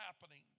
happening